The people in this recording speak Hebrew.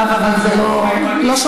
כנראה שיש